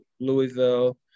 Louisville